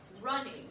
running